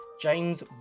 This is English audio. James